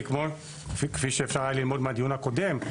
כי כפי שאפשר היה ללמוד מהדיון הקודם,